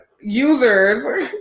users